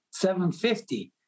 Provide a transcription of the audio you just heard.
$750